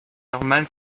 normal